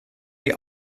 die